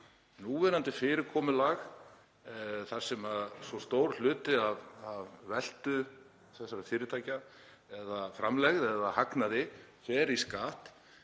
núverandi fyrirkomulag er ekki gott þar sem svo stór hluti af veltu þessara fyrirtækja eða framlegð eða hagnaður fer í skatt,